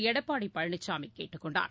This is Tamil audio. எடப்பாடிபழனிசாமிகேட்டுக் கொண்டார்